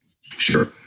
Sure